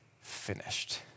finished